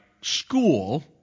school